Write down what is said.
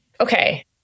Okay